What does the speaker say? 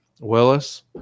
willis